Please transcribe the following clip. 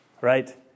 Right